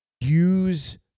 Use